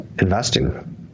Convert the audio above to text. investing